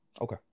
okay